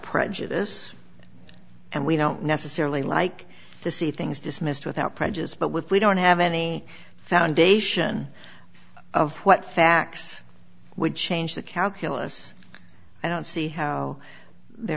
prejudice and we don't necessarily like to see things dismissed without prejudice but with we don't have any foundation of what facts would change the calculus i don't see how there